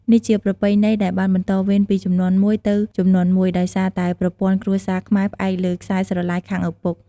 នេះជាប្រពៃណីដែលបានបន្តវេនពីជំនាន់មួយទៅជំនាន់មួយ ដោយសារតែប្រព័ន្ធគ្រួសារខ្មែរផ្អែកលើខ្សែស្រឡាយខាងឪពុក។